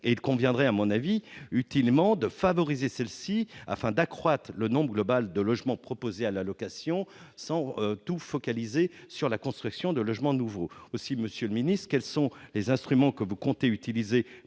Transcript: et il conviendrait, à mon avis utilement de favoriser celle-ci afin d'accroître le nombre global de logements proposés à la location sont tous focalisés sur la construction de logements nouveaux aussi Monsieur le Ministre, quels sont les instruments que vous comptez utiliser